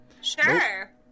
Sure